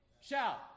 shout